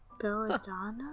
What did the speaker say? Belladonna